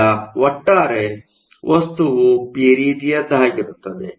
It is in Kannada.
ಈಗ ಒಟ್ಟಾರೆ ವಸ್ತುವು ಪಿ ರೀತಿಯದ್ದಾಗಿರುತ್ತದೆ